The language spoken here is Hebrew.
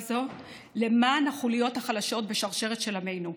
זו למען החוליות החלשות בשרשרת של עמנו.